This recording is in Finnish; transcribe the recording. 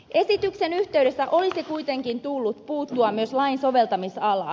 esityksen yhteydessä olisi kuitenkin tullut puuttua myös lain soveltamisalaan